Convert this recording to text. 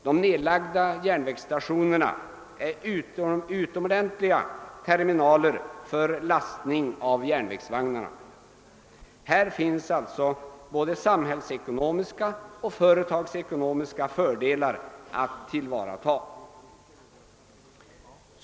De nedlagda järnvägsstationerna är utmärkta terminaler för lastning av järnvägsvagnarna. Här finns således både samhällsekonomiska och företagsekonomiska fördelar att tillvarataga.